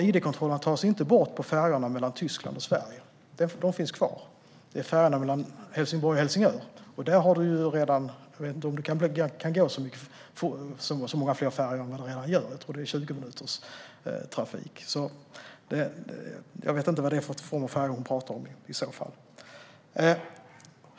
Id-kontrollerna tas inte bort på färjorna mellan Tyskland och Sverige, utan de finns kvar. Det gäller färjorna mellan Helsingborg och Helsingör, och jag vet inte om det kan gå så många fler färjor än vad det gör. Jag tror att det är 20-minuterstrafik. Jag vet inte vilka färjor hon pratar om i så fall.